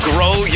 Grow